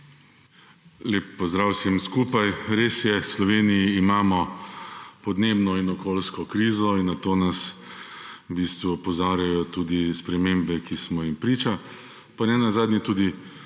Lep pozdrav vsem skupaj! Res je, v Sloveniji imamo podnebno in okoljsko krizo in na to nas v bistvu opozarjajo tudi spremembe, ki smo jim priča, pa nenazadnje tudi